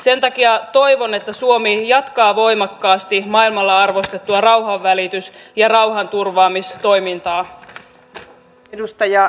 sen takia toivon että suomi jatkaa voimakkaasti maailmalla arvostettua rauhanvälitys ja rauhanturvaamistoimintaa